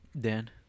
Dan